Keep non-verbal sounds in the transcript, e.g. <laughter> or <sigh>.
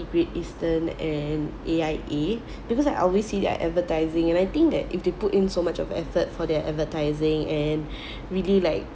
great eastern and A_I_A because I always see their advertising and I think that if they put in so much of effort for their advertising and <breath> really like